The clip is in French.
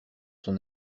son